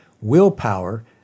willpower